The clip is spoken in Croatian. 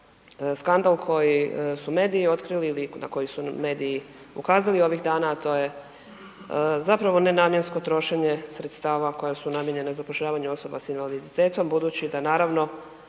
skandal koji su mediji otkrili ili na koji su mediji ukazali ovih dana, a to je zapravo nenamjensko trošenje sredstava koja su namijenjena zapošljavanju osoba sa invaliditetom budući da naravno